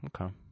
Okay